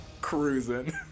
cruising